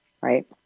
right